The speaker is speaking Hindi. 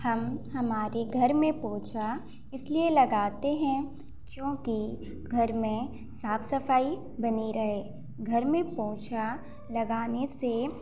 हम हमारे घर में पोंछा इसलिए लगते हैं क्योंकि घर में साफ सफाई बनी रहे घर में पोछा लगाने से